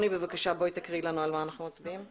בבקשה, רוני, תקריאי לנו על מה אנחנו מצביעים.